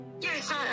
Yes